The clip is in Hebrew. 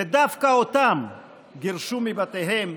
ודווקא אותם גירשו מבתיהם,